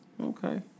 Okay